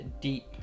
deep